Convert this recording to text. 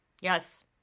Yes